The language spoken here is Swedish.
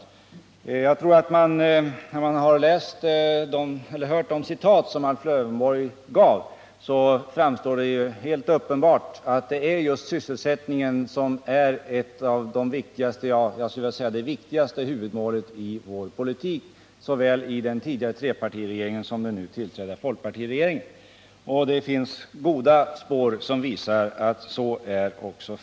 Men jag tror att det, när man hört Alf 23 att öka sysselsättningen Lövenborgs citat, framstår som helt uppenbart att det är just sysselsättningen som är det viktigaste målet såväl för den tidigare trepartiregeringens som för den nu tillträdda folkpartiregeringens politik. Det finns mycket som bevisar det.